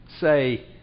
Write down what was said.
say